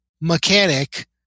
mechanic